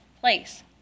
place